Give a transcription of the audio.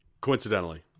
Coincidentally